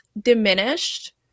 diminished